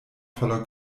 voller